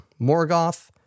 Morgoth